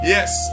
Yes